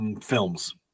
films